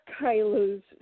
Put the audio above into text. Kylo's